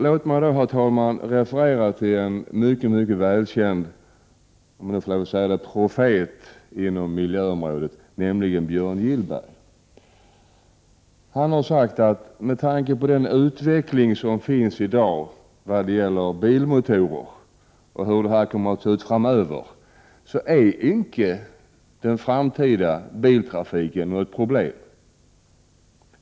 Låt mig, herr talman, referera till en mycket välkänd ”profet” på miljöområdet, nämligen Björn Gillberg. Han har sagt att den framtida biltrafiken — med tanke på utvecklingen i dag när det gäller bilmotorer och situationen framöver — icke utgör något problem.